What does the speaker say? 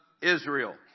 Israel